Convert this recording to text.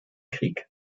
krieg